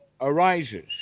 arises